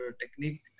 technique